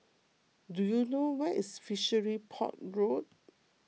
do you know where is Fishery Port Road